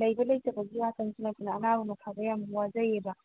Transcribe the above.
ꯂꯩꯕ ꯂꯩꯇꯕꯒꯤ ꯋꯥꯇꯪꯁꯨ ꯅꯠꯇꯅ ꯑꯅꯥꯕ ꯃꯁꯥꯗ ꯌꯥꯝ ꯋꯥꯖꯩꯕ